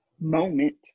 moment